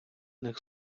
них